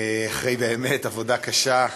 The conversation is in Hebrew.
אחרי באמת עבודה קשה,